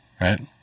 right